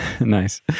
Nice